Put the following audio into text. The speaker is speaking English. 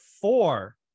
four